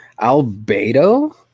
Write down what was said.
Albedo